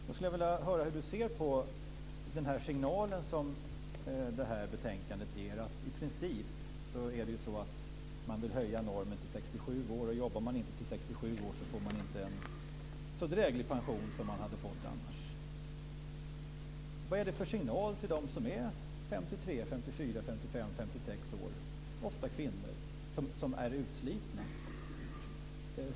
Jag skulle vilja höra hur Margareta Andersson ser på den signal som ges i betänkandet. I princip vill man höja normen till 67 år. Jobbar man inte till 67 års ålder får man inte en så dräglig pension som man annars hade fått. Vad är det för signal till de som är 53-56 år, ofta kvinnor, som är utslitna?